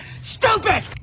stupid